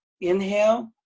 inhale